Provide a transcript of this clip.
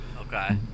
Okay